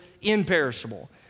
imperishable